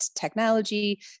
technology